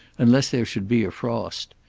unless there should be a frost.